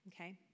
Okay